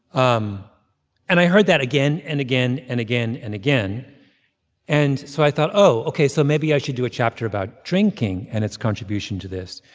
um and i heard that again and again and again and again and so i thought, oh, ok. so maybe i should do a chapter about drinking and its contribution to this,